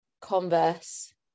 Converse